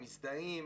הם מזדהים,